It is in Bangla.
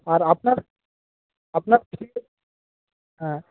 আর আপনার আপনার হ্যাঁ